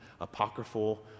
apocryphal